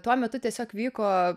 tuo metu tiesiog vyko